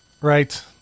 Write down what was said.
right